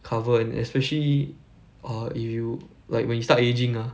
cover and especially err if you like when you start ageing ah